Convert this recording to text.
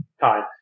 time